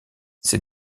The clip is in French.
ces